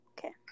Okay